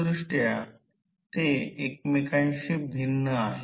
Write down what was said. समजा ही ध्रुवीयतेची चाचणी आहे